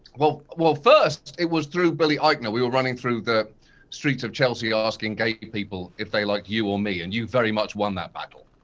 well well first it was through billy eichner. we were running through the streets of chelsea asking gay people if they like you or me and you very much won that battle.